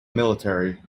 military